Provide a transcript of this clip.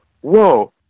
whoa